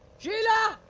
sheila!